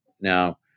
Now